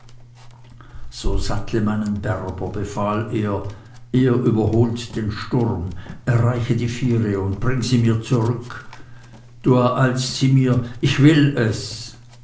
so sattle meinen berber befahl er er überholt den sturm erreiche die viere und bring sie mir zu rück du ereilst sie mir ich will es